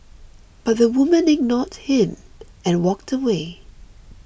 but the woman ignored him and walked away